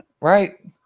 Right